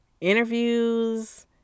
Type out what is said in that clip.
interviews